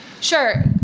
Sure